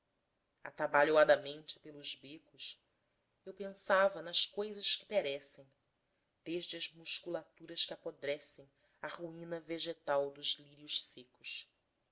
atabalhoadamente pelos becos eu pensava nas coisas que perecem desde as musculaturas que apodrecem à ruína vegetal dos lírios secos